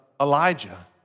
Elijah